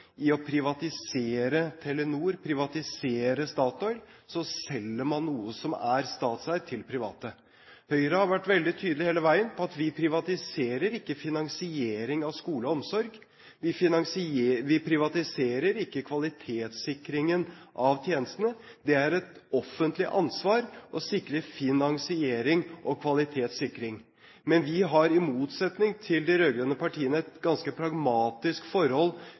i å privatisere Telenor, privatisere Statoil, selger man noe som er statseid, til private. Høyre har hele veien vært veldig tydelig på at vi ikke privatiserer finansiering av skole og omsorg. Vi privatiserer ikke kvalitetssikringen av tjenestene. Det er et offentlig ansvar å sikre finansiering og kvalitetssikring. Men vi har – i motsetning til de rød-grønne partiene – et ganske pragmatisk forhold